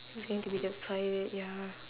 who's going to be the pilot ya